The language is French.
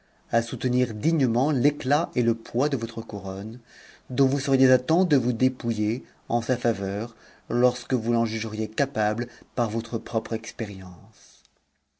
à soutenir dignement l'éclat et le poids de votre couronne dont vous seriez à temps de vous dépouiiïer en sa iaveur lorsque vous l'en jugeriez capable pin votre propre expérience